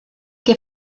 què